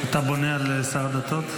אתה בונה על שר הדתות?